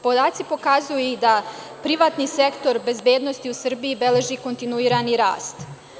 Podaci pokazuju i da privatni sektor bezbednosti u Srbiji beleži kontinuirani rast.